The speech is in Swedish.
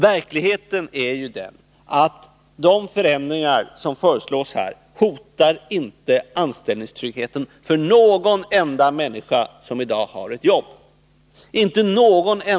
Verkligheten är ju den att de förändringar som föreslås inte hotar eller försämrar anställningstryggheten för någon enda människa som i dag har ett jobb.